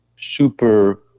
super